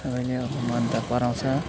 सबैले अब मन त पराउँछ